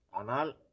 Anal